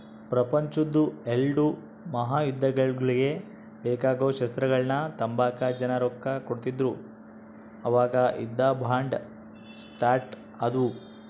ಪ್ರಪಂಚುದ್ ಎಲ್ಡೂ ಮಹಾಯುದ್ದಗುಳ್ಗೆ ಬೇಕಾಗೋ ಶಸ್ತ್ರಗಳ್ನ ತಾಂಬಕ ಜನ ರೊಕ್ಕ ಕೊಡ್ತಿದ್ರು ಅವಾಗ ಯುದ್ಧ ಬಾಂಡ್ ಸ್ಟಾರ್ಟ್ ಆದ್ವು